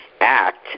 act